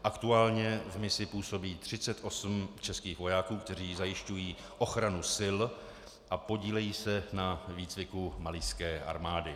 Aktuálně v misi působí 38 českých vojáků, kteří zajišťují ochranu sil a podílejí se na výcviku malijské armády.